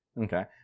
okay